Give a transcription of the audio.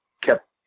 kept